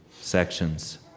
sections